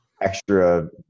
extra